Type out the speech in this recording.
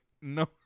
no